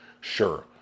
Sure